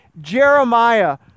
Jeremiah